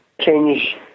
change